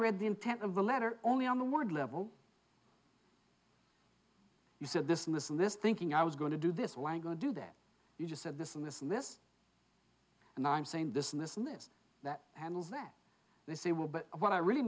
read the intent of the letter only on the word level he said this and this and this thinking i was going to do this wang going to do that you just said this and this and this and i'm saying this and this and this that handles that they say well but what i really